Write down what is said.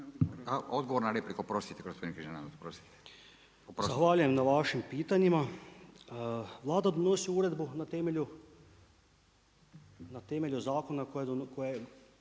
odgovor na repliku, oprostite gospodine Križanić. **Križanić, Josip (HDZ)** Zahvaljujem na vašim pitanjima. Vlada donosi uredbu na temelju zakona koje